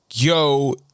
Yo